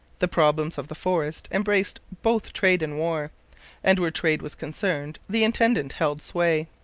the problems of the forest embraced both trade and war and where trade was concerned the intendant held sway.